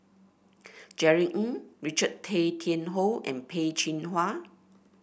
Jerry Ng Richard Tay Tian Hoe and Peh Chin Hua